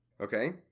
Okay